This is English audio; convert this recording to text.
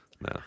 No